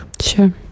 Sure